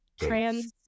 trans